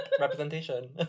representation